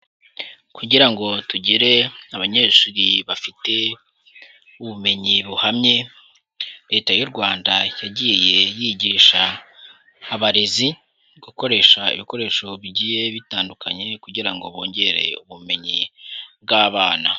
Kugira ngo tugire abanyeshuri bafite ubumenyi buhamye, leta y'u Rwanda yagiye yigisha abarezi gukoresha ibikoresho bigiye bitandukanye kugira ngo bongere ubumenyi bw'abana.